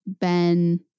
Ben